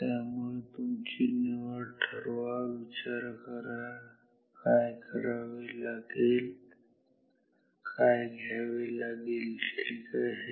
त्यामुळे तुमची निवड ठरवा विचार करा काय करावे लागेल काय घ्यावे लागेल ठीक आहे